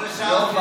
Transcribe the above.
למה